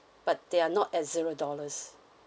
but they are not at zero dollars